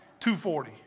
240